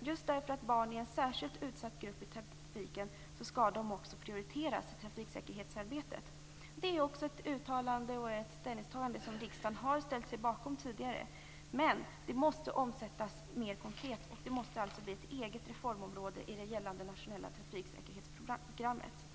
Just därför att barn är en särskilt utsatt grupp i trafiken skall de också prioriteras i trafiksäkerhetsarbetet. Det är också ett uttalande och ett ställningstagande som riksdagen har ställt sig bakom tidigare, men det måste omsättas mer konkret och bli ett eget reformområde i det gällande nationella trafiksäkerhetsprogrammet.